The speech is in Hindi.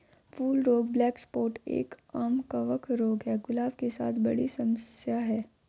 फूल रोग ब्लैक स्पॉट एक, आम कवक रोग है, गुलाब के साथ बड़ी समस्या है